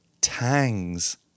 Tangs